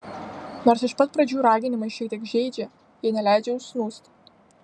nors iš pat pradžių raginimai šiek tiek žeidžia jie neleidžia užsnūsti